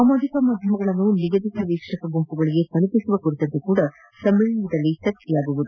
ಸಾಮಾಜಿಕ ಮಾಧ್ಯಮಗಳನ್ನು ನಿಗದಿತ ವೀಕ್ಷಕ ಗುಂಪುಗಳಿಗೆ ತಲುಪಿಸುವ ಕುರಿತಂತೆಯೂ ಸಮ್ಮೇಳನದಲ್ಲಿ ಚರ್ಚೆಯಾಗಲಿದೆ